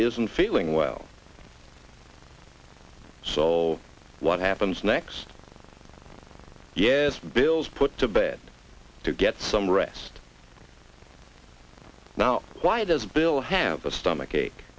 isn't feeling well so what happens next yes bill's put to bed to get some rest now why does bill have a stomach ache